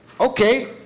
okay